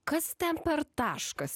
kas ten per taškas